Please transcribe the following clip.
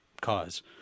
cause